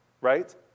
right